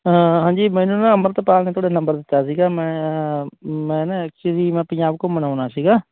ਹਾਂਜੀ ਮੈਨੂੰ ਨਾ ਅੰਮ੍ਰਿਤ ਪਾਲ ਨੇ ਤੁਹਾਡਾ ਨੰਬਰ ਦਿੱਤਾ ਸੀਗਾ ਮੈਂ ਮੈਂ ਨਾ ਐਕਚੁਲੀ ਮੈਂ ਪੰਜਾਬ ਘੁੰਮਣ ਆਉਣਾ ਸੀਗਾ